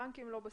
בנקים לא בסיפור.